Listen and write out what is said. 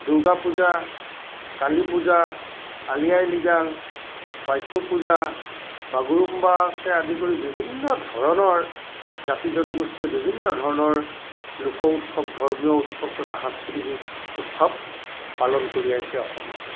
দুৰ্গা পূজা কালি পূজা আলি আয়ে লিগাং বাইথৌ পূজা বাগুৰুম্বাকে আদি কৰি বিভিন্ন ধৰণৰ জাতি জনগোষ্ঠীয়ে বিভিন্ন ধৰণৰ লোক উৎসৱ ধৰ্মীয় উৎসৱ তথা সাংস্কৃতিক উৎ উৎসৱ পালন কৰি আহিছে অসমত